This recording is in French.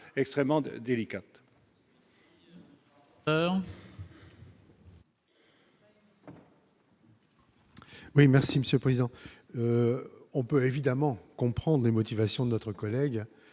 extrêmement de délicate. Oui merci Monsieur Président, on peut évidemment comprendre les motivations de notre collègue